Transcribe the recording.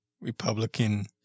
Republican